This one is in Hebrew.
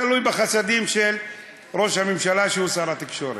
תלוי בחסדים של ראש הממשלה שהוא שר התקשורת,